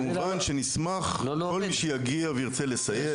כמובן שנשמח עם כל מי שיגיע וירצה לסייע,